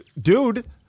dude